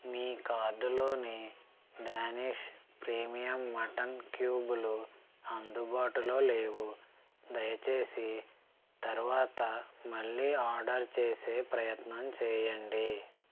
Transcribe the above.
మీ కార్టులోని Danish premium mutton క్యూబులు అందుబాటులో లేదు దయచేసి తరువాత మళ్ళీ ఆర్డర్ చేసే ప్రయత్నం చేయండి